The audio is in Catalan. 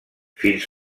fins